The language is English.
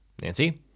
Nancy